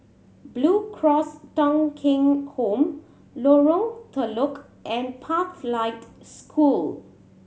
Blue Cross Thong Kheng Home Lorong Telok and Pathlight School